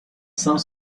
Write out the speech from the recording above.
some